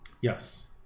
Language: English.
Yes